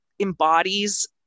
embodies